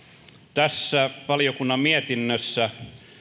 tässä valiokunnan mietinnössä